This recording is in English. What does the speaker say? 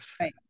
Right